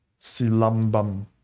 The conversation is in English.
silambam